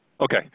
Okay